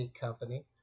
company